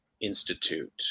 Institute